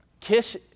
Kish